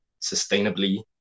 sustainably